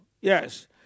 Yes